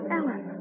Ellen